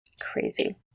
Crazy